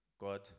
God